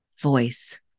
voice